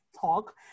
Talk